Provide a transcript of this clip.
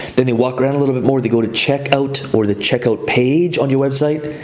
then they walk around a little bit more. they go to checkout or the checkout page on your website.